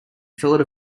fillet